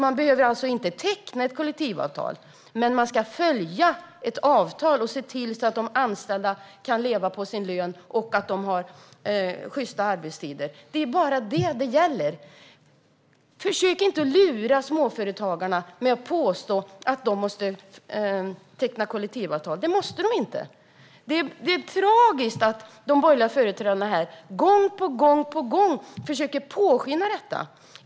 Man behöver alltså inte teckna ett kollektivavtal, men man ska följa ett avtal som ser till att de anställda kan leva på sina lön och att de har sjysta arbetstider. Det är bara det som det gäller. Försök inte att lura småföretagarna genom att påstå att de måste teckna kollektivavtal! Det måste de inte. Det är tragiskt att de borgerliga företrädarna här gång på gång försöker påskina detta.